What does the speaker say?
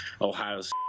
Ohio's